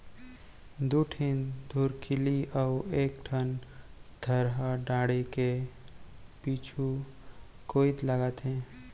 दू ठिन धुरखिली अउ एक ठन थरा डांड़ी के पीछू कोइत लागथे